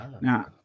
now